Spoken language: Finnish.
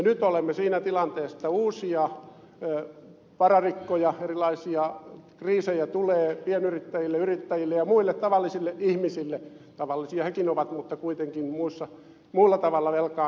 nyt olemme siinä tilanteessa että uusia vararikkoja erilaisia kriisejä tulee pienyrittäjille yrittäjille ja muille tavallisille ihmisille tavallisia yrittäjät ovat mutta tarkoitan muulla tavalla velkaantuneita